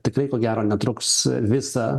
tikrai ko gero netruks visą